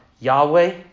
Yahweh